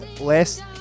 last